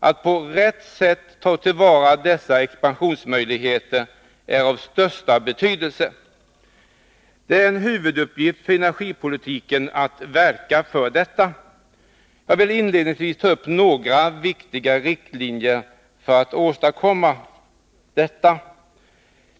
Att på rätt sätt ta till vara dessa expansionsmöjligheter är av största betydelse. Det är en huvuduppgift för energipolitiken att verka för detta. Jag vill inledningsvis ta upp några viktiga riktlinjer för att åstadkomma detta.